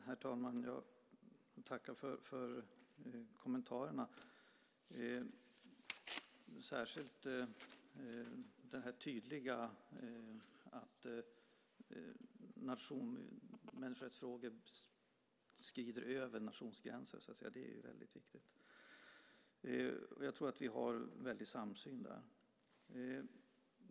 Herr talman! Jag får tacka för kommentarerna, särskilt det tydliga att människorättsrådet överskrider nationsgränser. Det är väldigt viktigt. Jag tror att vi har en samsyn där.